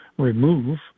remove